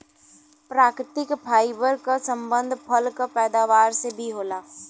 प्राकृतिक फाइबर क संबंध फल क पैदावार से भी होला